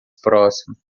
próximo